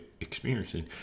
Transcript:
experiencing